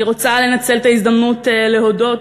אני רוצה לנצל את ההזדמנות להודות